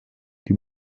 die